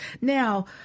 Now